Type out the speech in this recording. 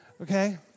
okay